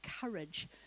courage